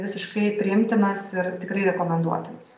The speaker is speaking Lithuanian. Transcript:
visiškai priimtinas ir tikrai rekomenduotinas